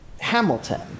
Hamilton